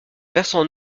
versant